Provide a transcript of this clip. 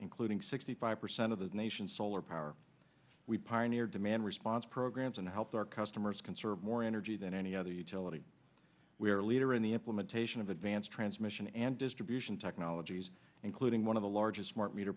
including sixty five percent of the nation's solar power we pioneered man response programs and help our customers conserve more energy than any other utility we are a leader in the implementation of advanced transmission and distribution technologies including one of the largest smart meter